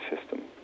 system